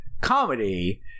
comedy